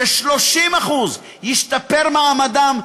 30% ישתפר מעמדם,